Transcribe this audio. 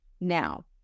now